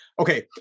Okay